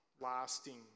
lasting